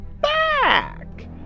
back